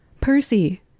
Percy